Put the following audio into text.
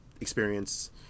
experience